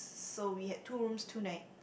so we had two rooms two night